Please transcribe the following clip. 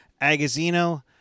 Agazino